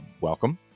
welcome